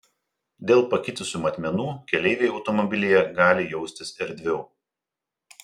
dėl pakitusių matmenų keleiviai automobilyje gali jaustis erdviau